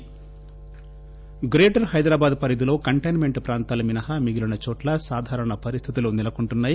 GHMC greater Hyderabad పరిధిలో containment ప్రాంతాలు మినహా మిగిలిన చోట్ల సాధారణ పరిస్థితులు నెలకొంటున్నాయి